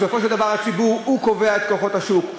בסופו של דבר הציבור הוא הקובע את כוחות השוק,